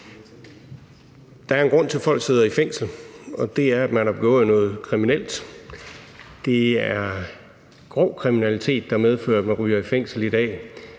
Der er en grund til, at folk sidder i fængsel, og det er, at man har begået noget kriminelt. Det er grov kriminalitet, der medfører, at man ryger i fængsel i dag.